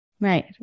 Right